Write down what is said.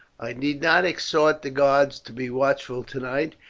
i need not exhort the guards to be watchful tonight,